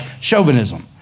chauvinism